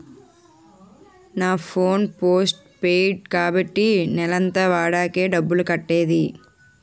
నా phone postpaid కాబట్టి నెలంతా వాడాకే డబ్బులు కట్టేది